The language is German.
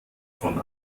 von